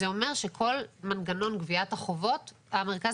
זה אומר שכל מנגנון גביית החובות המרכז